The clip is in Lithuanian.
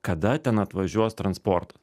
kada ten atvažiuos transportas